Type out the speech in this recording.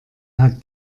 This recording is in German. hat